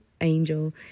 angel